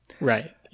Right